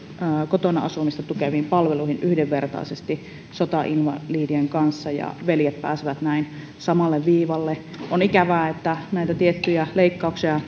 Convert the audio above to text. kotona asumista tukeviin palveluihin yhdenvertaisesti sotainvalidien kanssa ja veljet pääsevät näin samalle viivalle on ikävää että näitä tiettyjä leikkauksia